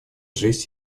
жизнь